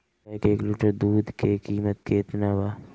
गाय के एक लिटर दूध के कीमत केतना बा?